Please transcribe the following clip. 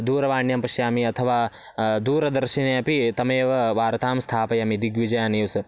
दूरवाण्यां पश्यामि अथवा दूरदर्शने अपि तामेव वार्तां स्थापयामि दिग्विजया न्यूस्